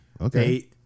Okay